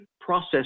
process